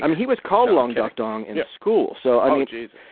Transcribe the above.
um he was called long duk dong in school. so, i mean, jeez,